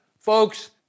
Folks